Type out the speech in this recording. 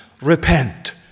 Repent